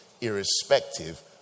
irrespective